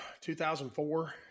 2004